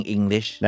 English